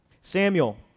Samuel